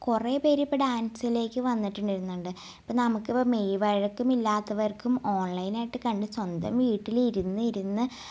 കുറെ പേരിപ്പം ഡാൻസിലേക്ക് വന്നിട്ടുണ്ടായിരുന്നുണ്ട് അപ്പം നമുക്കിപ്പം മെയ്യ് വഴക്കം ഇല്ലാത്തവർക്കും ഓൺലൈനായിട്ട് കണ്ട് സ്വന്തം വീട്ടിലിരുന്നിരുന്ന്